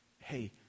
hey